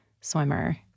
swimmer